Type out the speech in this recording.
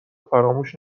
فراموش